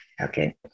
okay